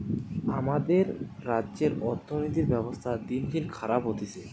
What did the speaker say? আমাদের রাজ্যের অর্থনীতির ব্যবস্থা দিনদিন খারাপ হতিছে